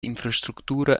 infrastructura